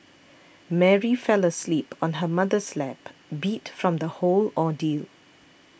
Mary fell asleep on her mother's lap beat from the whole ordeal